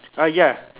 uh ya